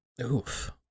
Oof